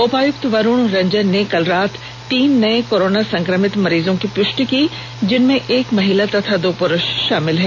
उपायुक्त वरुण रंजन ने कल रात तीन नए कोरोना संक्रमित मरीजों की पुष्टि की जिनमें एक महिला तथा दो पुरुष षामिल हैं